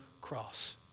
cross